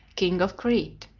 king of crete.